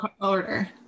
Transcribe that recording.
order